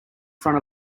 front